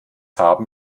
haben